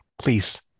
Please